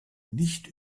nicht